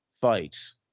fights